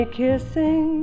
kissing